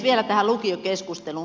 vielä tähän lukiokeskusteluun